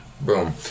boom